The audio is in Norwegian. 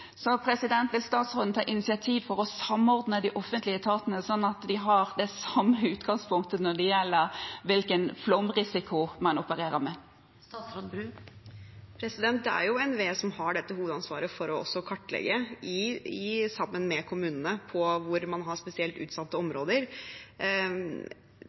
Vil statsråden ta initiativ til å samordne de offentlige etatene, slik at de har det samme utgangspunktet når det gjelder hvilken flomrisiko man opererer med? Det er NVE som, sammen med kommunene, har hovedansvaret for å kartlegge hvor man har spesielt utsatte områder. Igjen: Man kan sikkert alltid bli bedre på ting, og man